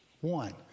one